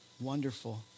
wonderful